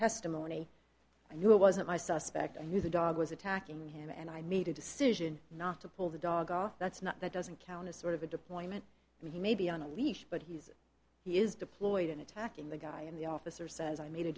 testimony i knew it wasn't my suspect and his dog was attacking him and i made a decision not to pull the dog off that's not that doesn't count as sort of a deployment maybe on a leash but he's he is deployed in attacking the guy in the officer says i made a